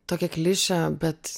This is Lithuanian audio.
tokia klišė bet